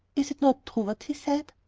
is it not true, what he said?